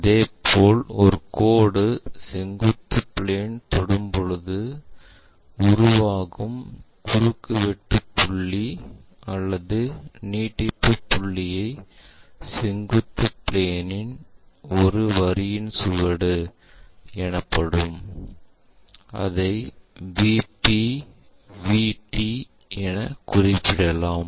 அதேபோல் ஒரு கோடு செங்குத்து பிளேன் தொடும் பொழுது உருவாகும் குறுக்குவெட்டு புள்ளி அல்லது நீட்டிப்பு புள்ளி ஐ செங்குத்து பிளேன் இன் ஒரு வரியின் சுவடு எனப்படும் அதை VP VT எனக் குறிப்பிடலாம்